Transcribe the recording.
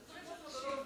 התשפ"ג 2023,